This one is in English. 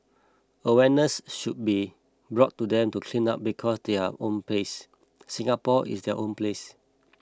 awareness should be brought to them to clean up because their own place Singapore is their own place